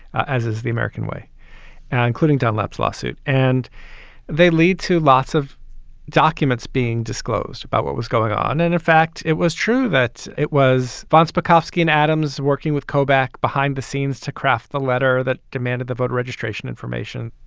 as is the american way now, and including dunlap's lawsuit. and they lead to lots of documents being disclosed about what was going on. and in fact, it was true that it was phonce, makowski and adams working with kobach behind the scenes to craft the letter that demanded the voter registration information.